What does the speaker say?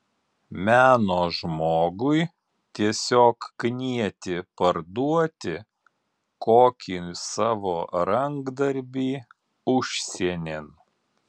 meno žmogui tiesiog knieti parduoti kokį savo rankdarbį užsienin